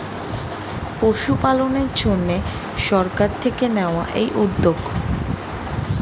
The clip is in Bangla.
পশুপালনের জন্যে সরকার থেকে নেওয়া এই উদ্যোগ